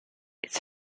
its